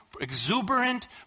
exuberant